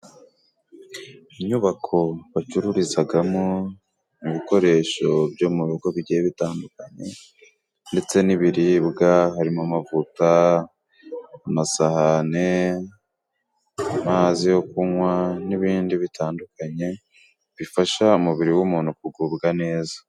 Inyubako bacururizagamo ibikoresho byo murugo bigiye bitandukanye ndetse n'ibiribwa harimo amavuta, amasahane ,amazi yo kunwa n'ibindi bitandukanye bifasha umubiri w'umuntu kugubwa neza.